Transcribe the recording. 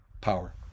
power